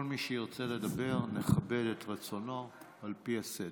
כל מי שירצה לדבר, נכבד את רצונו על פי הסדר.